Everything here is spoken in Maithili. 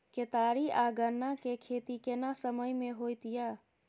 केतारी आ गन्ना के खेती केना समय में होयत या?